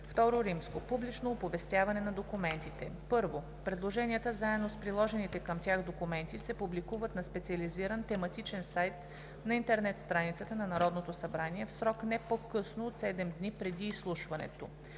събрание. II. Публично оповестяване на документите. 1. Предложенията, заедно с приложените към тях документи, се публикуват на специализиран тематичен сайт на интернет страницата на Народното събрание в срок, не по-късно от 7 дни преди изслушването.